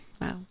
Wow